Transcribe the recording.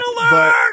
alert